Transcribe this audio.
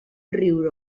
riure